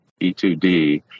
E2D